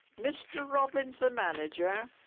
mr robbins the manager,